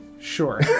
Sure